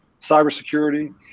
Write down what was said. cybersecurity